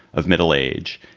of middle age.